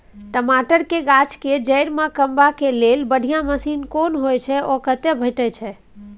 टमाटर के गाछ के जईर में कमबा के लेल बढ़िया मसीन कोन होय है उ कतय भेटय छै?